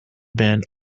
been